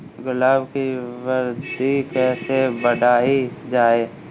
गुलाब की वृद्धि कैसे बढ़ाई जाए?